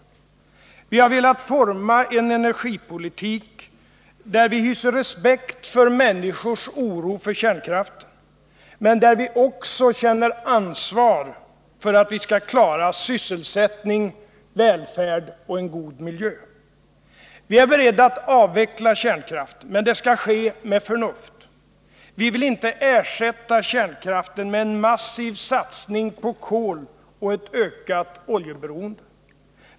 Vi har velat forma en energipolitik där vi hyser respekt för människors oro för kärnkraften men där vi också känner ansvar för att vi skall klara sysselsättning, välfärd och en god miljö. Vi är beredda att avveckla kärnkraften, men det skall ske med förnuft. Vi vill inte ersätta kärnkraften med en massiv satsning på kol och ett ökat oljeberoende.